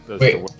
Wait